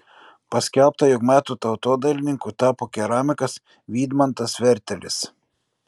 paskelbta jog metų tautodailininku tapo keramikas vydmantas vertelis